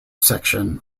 section